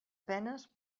penes